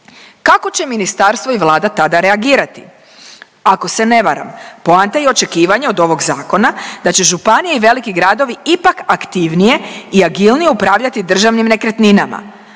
kako će ministarstvo i Vlada tada reagirati? Ako se ne varam, poanta je očekivanje od ovog Zakona da će županije i veliki gradovi ipak aktivnije i agilnije upravljati državnim nekretninama